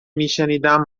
میشنیدم